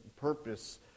purpose